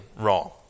wrong